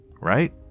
right